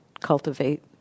cultivate